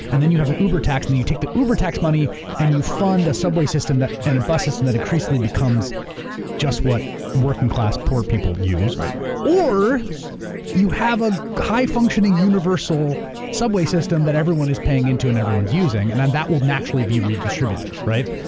and then you have an uber tax, and you take the uber tax money and you fund a subway system and a bus system that increasingly becomes just what working class poor people use. or you have a high-functioning universal subway system that everyone is paying into and everyone's using. and then that will naturally be redistributive, right?